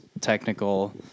technical